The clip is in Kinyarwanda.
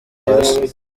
hasi